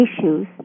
issues